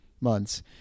months